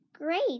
Great